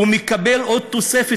הוא מקבל עוד תוספת,